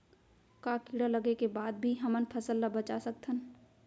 का कीड़ा लगे के बाद भी हमन फसल ल बचा सकथन?